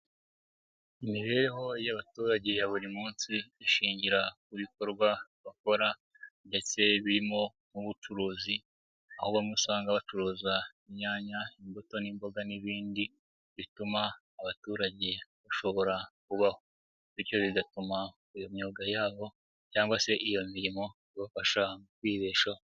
Imibereho y'abaturage ya buri munsi ishingira ku bikorwa bakora ndetse birimo nk'ubucuruzi. Aho bamwe usanga bacuruza: inyanya, imbuto n'imboga n'ibindi bituma abaturage bashobora kubaho; bityo bigatuma iyo myuga yabo cyangwa se iyo mirimo ibafasha kwibeshaho.